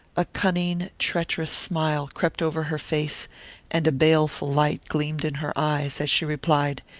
a cunning, treacherous smile crept over her face and a baleful light gleamed in her eyes, as she replied,